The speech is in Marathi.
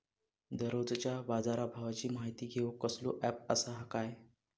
दररोजच्या बाजारभावाची माहिती घेऊक कसलो अँप आसा काय?